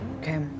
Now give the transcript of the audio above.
Okay